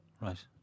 Right